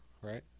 right